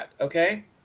Okay